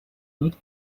niet